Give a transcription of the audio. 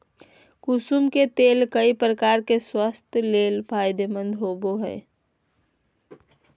कुसुम के तेल कई प्रकार से स्वास्थ्य ले फायदेमंद होबो हइ